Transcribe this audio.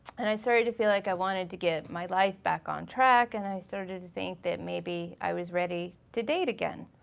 and i started to feel like i wanted to get my life back on track and i started to think that maybe i was ready to date again.